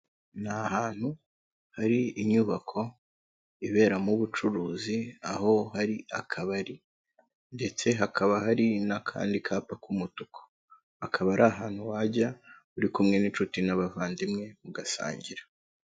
Ni ahantu hari inyubako iberamo ubucuruzi, aho hari akabari ndetse hakaba hari n'akandi kapa k'umutuku, akaba ari ahantu wajya uri kumwe n'inshuti n'abavandimwe mugasangira.